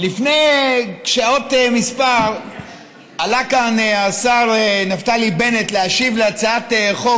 לפני שעות מספר עלה כאן השר נפתלי בנט להשיב על הצעת חוק